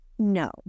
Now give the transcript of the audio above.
no